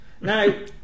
now